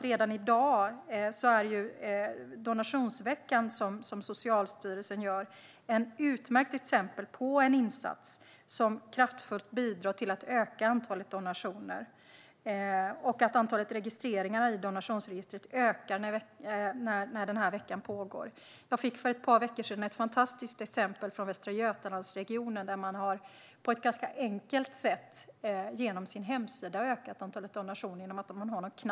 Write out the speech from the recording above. Redan i dag är Donationsveckan, som Socialstyrelsen ordnar, ett utmärkt exempel på en insats som kraftfullt bidrar till att öka antalet donationer. Antalet registreringar i donationsregistret ökar när veckan pågår. Jag fick för ett par veckor sedan ett fantastiskt exempel från Västra Götalandsregionen, som på ett ganska enkelt sätt, genom sin hemsida, har ökat antalet donationer.